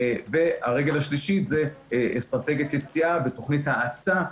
והרגל השלישית היא אסטרטגיית יציאה ותוכנית האצה,